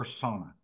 persona